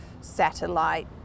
satellite